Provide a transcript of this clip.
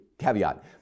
Caveat